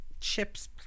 chips